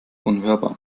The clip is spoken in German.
unhörbar